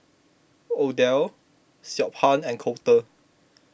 Odell Siobhan and Colter